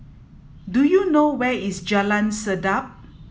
do you know where is Jalan Sedap